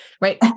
Right